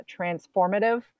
transformative